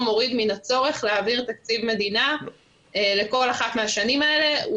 מוריד מן הצורך להעביר תקציב מדינה לכל אחת מהשנים האלה.